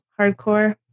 hardcore